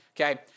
okay